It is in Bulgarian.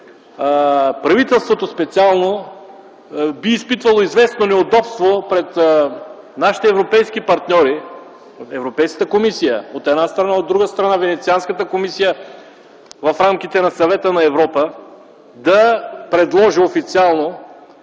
правителството би изпитвало известно неудобство пред нашите европейски партньори – Европейската комисия, от една страна, от друга страна – Венецианската комисия, в рамките на Съвета на Европа, да предложи официално